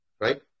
right